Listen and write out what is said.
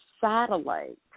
satellite